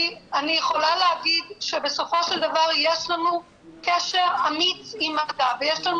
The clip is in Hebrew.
אני יכולה להגיד שבסופו של דבר יש לנו קשר אמיץ עם מד"א ויש לנו